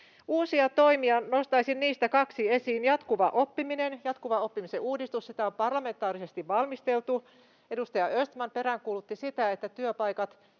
Uusia toimia, nostaisin niistä kaksi esiin. Jatkuva oppiminen: Jatkuvan oppimisen uudistusta on parlamentaarisesti valmisteltu. Edustaja Östman peräänkuulutti sitä, että työpaikat